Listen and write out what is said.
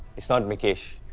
it's not mikesh.